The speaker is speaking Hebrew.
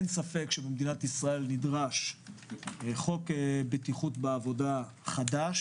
אין ספק שבמדינת ישראל נדרש חוק בטיחות בעבודה חדש.